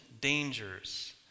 dangers